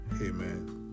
Amen